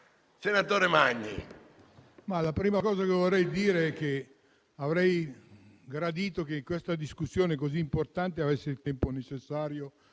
senatore Magni.